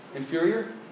Inferior